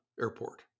airport